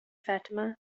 fatima